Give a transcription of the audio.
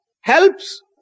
helps